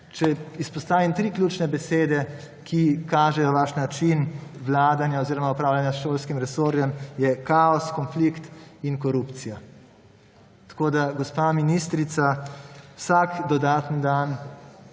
izpostavim tri ključne besede, ki kažejo vaš način vladanja oziroma upravljanja s šolskim resorjem, so kaos, konflikt in korupcija. Gospa ministrica, vsak dodatni dan,